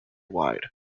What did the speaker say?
wide